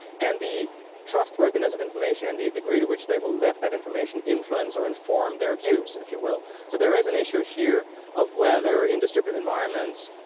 and the trustworthiness of information, and the degree to which they will let that information influence or inform their views, if you will. so there is an issue here of whether in distributed environments,